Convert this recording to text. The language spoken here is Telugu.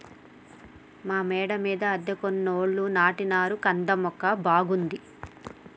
మా మేడ మీద అద్దెకున్నోళ్లు నాటినారు కంద మొక్క బాగుంది